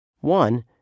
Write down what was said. One